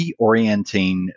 reorienting